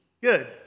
Good